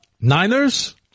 Niners